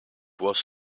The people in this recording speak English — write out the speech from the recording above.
was